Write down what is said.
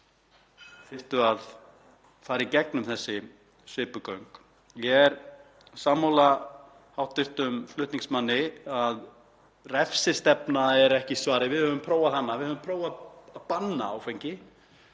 þyrftu að fara í gegnum þessi svipugöng. Ég er sammála hv. flutningsmanni að refsistefna er ekki svarið. Við höfum prófað hana. Við höfum prófað að banna áfengi